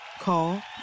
Call